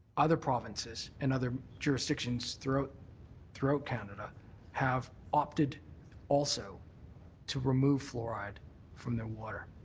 other provinces and other jurisdictions throughout throughout canada have opted also to remove fluoride from their water.